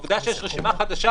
והעובדה שיש רשימה חדשה,